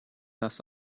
das